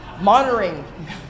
Monitoring